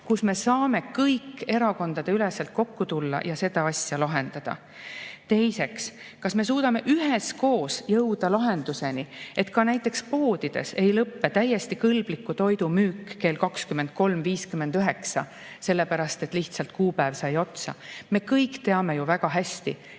puhul me saame kõik erakondadeüleselt kokku tulla ja seda asja lahendada. Teiseks, kas me suudame üheskoos jõuda lahenduseni, et ka näiteks poodides ei lõppe täiesti kõlbliku toidu müük kell 23.59, sellepärast et lihtsalt kuupäev sai otsa. Me kõik teame ju väga hästi,